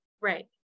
Right